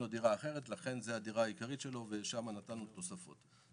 לכן זו הדירה העיקרית שלו ושם נתנו תוספות.